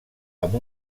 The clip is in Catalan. amb